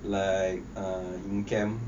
like um in camp